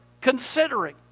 considering